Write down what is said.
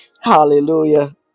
Hallelujah